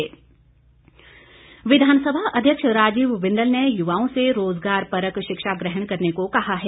बिंदल विधानसभा अध्यक्ष राजीव बिंदल ने युवाओं से रोजगारपरक शिक्षा ग्रहण करने को कहा है